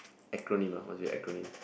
acronym ah must be acronym